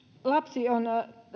lapsi on